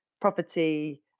property